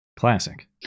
classic